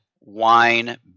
wine